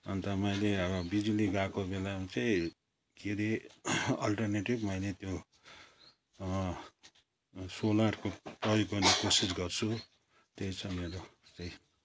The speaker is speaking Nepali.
अन्त मैले अब बिजुली गएको बेलामा चाहिँ के अरे अल्टरनेटिभ मैले त्यो सोलरको प्रयोग गर्ने कोसिस गर्छु त्यही छ मेरो चाहिँ